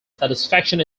satisfaction